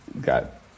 got